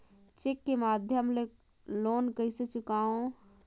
Cheque के माध्यम ले लोन कइसे चुकांव?